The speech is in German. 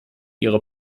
ihre